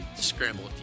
Scramble